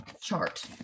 chart